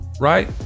right